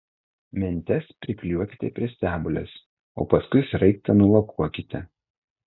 mentes priklijuokite prie stebulės o paskui sraigtą nulakuokite